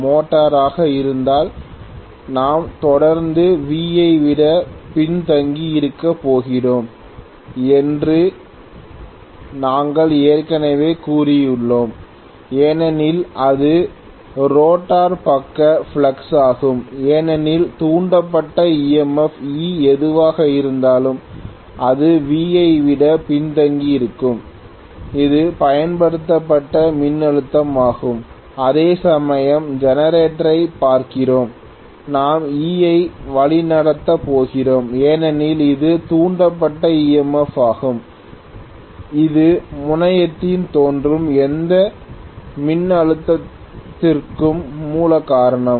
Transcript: மோட்டாராக இருந்தால் நாம் தொடர்ந்து V ஐ விட பின்தங்கியிருக்கப் போகிறோம் என்று நாங்கள் ஏற்கனவே கூறியுள்ளோம் ஏனெனில் இது ரோட்டார் பக்கப் பிளக்ஸ் ஆகும் ஏனெனில் தூண்டப்பட்ட EMF எதுவாக இருந்தாலும் அது V ஐ விட பின்தங்கியிருக்கும் இது பயன்படுத்தப்பட்ட மின்னழுத்தமாகும் அதேசமயம் ஜெனரேட்டரைப்ர பார்க்கிறோம் நாம் E ஐ வழிநடத்தப் போகிறோம் ஏனெனில் இது தூண்டப்பட்ட EMF ஆகும் இது முனையத்தில் தோன்றும் எந்த மின்னழுத்தத்திற்கும் மூல காரணம்